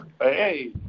Hey